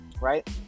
right